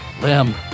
Lim